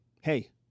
hey